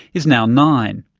is now nine.